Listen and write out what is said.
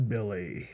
Billy